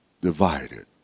divided